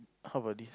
how about this